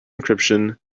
encryption